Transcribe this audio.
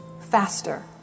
Faster